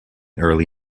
early